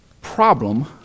problem